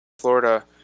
Florida